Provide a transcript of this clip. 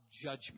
judgment